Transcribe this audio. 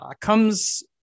comes